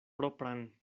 propran